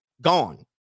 Gone